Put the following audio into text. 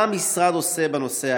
מה המשרד עושה בנושא?